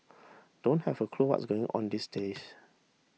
don't have a clue what's going on these days